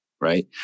right